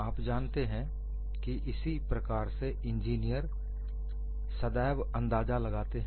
आप जानते हैं कि इसी प्रकार से इंजीनियर सदैव अंदाजा लगाते हैं